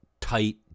tight